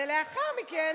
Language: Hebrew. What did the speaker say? ולאחר מכן